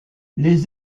les